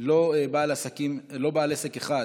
לא בעל עסק אחד